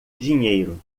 dinheiro